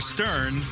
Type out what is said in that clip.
Stern